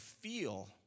feel